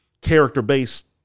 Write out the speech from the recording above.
character-based